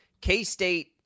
K-State